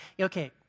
Okay